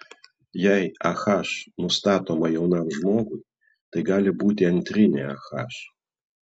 jei ah nustatoma jaunam žmogui tai gali būti antrinė ah